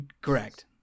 Correct